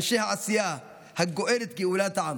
אנשי העשייה הגואלת גאולת העם.